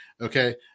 Okay